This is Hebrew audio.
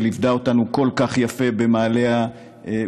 שליוותה אותנו כל כך יפה במעלה הדרך,